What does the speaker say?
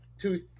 two